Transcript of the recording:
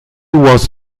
was